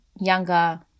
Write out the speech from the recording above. younger